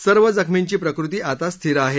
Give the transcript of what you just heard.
सर्व जखमींची प्रकृती आता स्थिर आहे